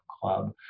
club